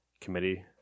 committee